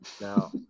Now